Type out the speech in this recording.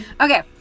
Okay